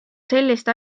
sellist